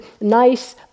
nice